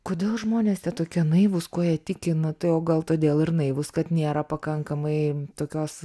kodėl žmonės tie tokie naivūs kuo jie tiki na tai jau gal todėl ir naivūs kad nėra pakankamai tokios